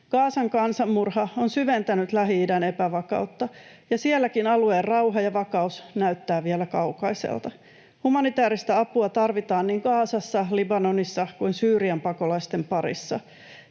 Gazan kansanmurha on syventänyt Lähi-idän epävakautta, ja sielläkin alueen rauha ja vakaus näyttää vielä kaukaiselta. Humanitääristä apua tarvitaan niin Gazassa, Libanonissa kuin Syyrian pakolaisten parissa.